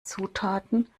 zutaten